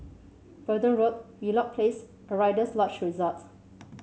Verdun Road Wheelock Place a Rider's Lodge Resort